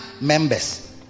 members